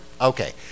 Okay